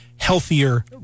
healthier